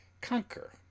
conquer